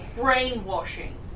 brainwashing